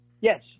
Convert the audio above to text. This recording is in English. yes